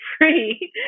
free